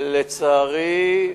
לצערי,